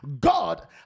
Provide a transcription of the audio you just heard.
God